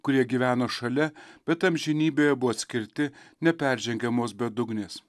kurie gyveno šalia bet amžinybėje buvo atskirti neperžengiamos bedugnės